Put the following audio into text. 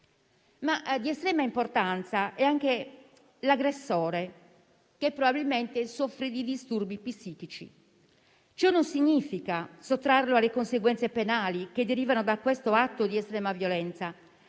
Ma di estrema importanza è anche l'aggressore che probabilmente soffre di disturbi psichici. Ciò non significa sottrarlo alle conseguenze penali che derivano da questo atto di estrema violenza,